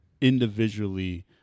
individually